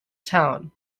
town